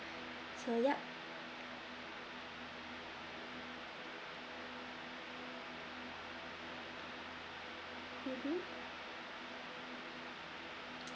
so yup mmhmm